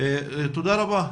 תודה רבה.